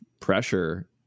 pressure